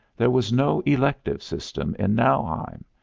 there was no elective system in nauheim.